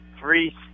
three